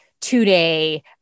two-day